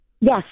Yes